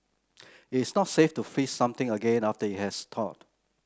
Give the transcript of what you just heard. it's not safe to freeze something again after it has thawed